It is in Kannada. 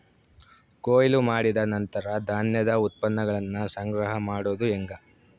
ಕೊಯ್ಲು ಮಾಡಿದ ನಂತರ ಧಾನ್ಯದ ಉತ್ಪನ್ನಗಳನ್ನ ಸಂಗ್ರಹ ಮಾಡೋದು ಹೆಂಗ?